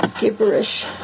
gibberish